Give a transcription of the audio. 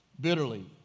bitterly